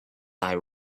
thy